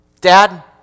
dad